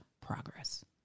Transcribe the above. progress